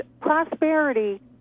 prosperity